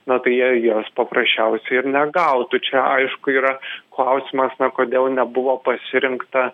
na tai jie jos paprasčiausiai ir negautų čia aišku yra klausimas na kodėl nebuvo pasirinkta